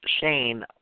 Shane